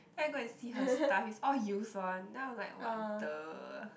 and then I go see her stuff is all used one then I'm like what the